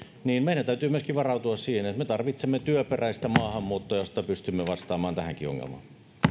niin meidän täytyy varautua myöskin siihen että me tarvitsemme työperäistä maahanmuuttoa josta pystymme vastaamaan tähänkin ongelmaan